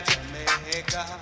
Jamaica